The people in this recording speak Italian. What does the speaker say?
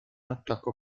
attacco